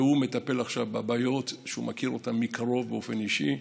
והוא מטפל עכשיו בבעיות שהוא מכיר מקרוב באופן אישי.